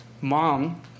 mom